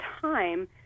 time